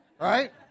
Right